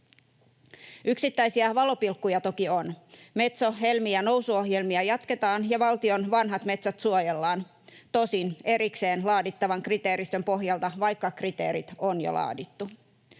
Yksittäisiä valopilkkuja toki on. Metso‑, Helmi‑ ja Nousu-ohjelmia jatketaan ja valtion vanhat metsät suojellaan, tosin erikseen laadittavan kriteeristön pohjalta, vaikka kriteerit on jo laadittu.